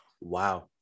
Wow